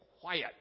quiet